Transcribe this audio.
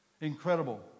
Incredible